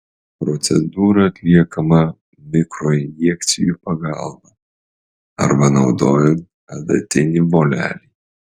procedūra atliekama mikroinjekcijų pagalba arba naudojant adatinį volelį